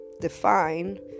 define